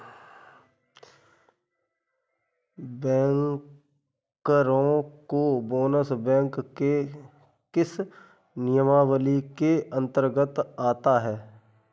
बैंकरों का bonus bank के किस नियमावली के अंतर्गत आता है?